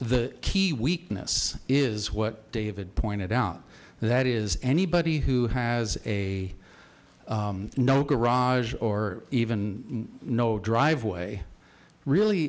the key weakness is what david pointed out that is anybody who has a no garage or even no driveway really